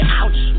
ouch